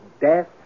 death